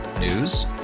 News